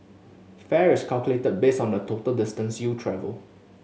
fare is calculated based on the total distance you travel